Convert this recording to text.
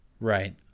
Right